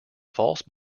false